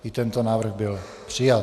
I tento návrh byl přijat.